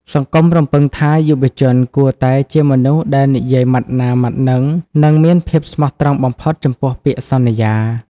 សង្គមរំពឹងថា យុវជនគួរតែ "ជាមនុស្សដែលនិយាយម៉ាត់ណា ម៉ាត់ហ្នឹង" និងមានភាពស្មោះត្រង់បំផុតចំពោះពាក្យសន្យា។